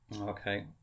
Okay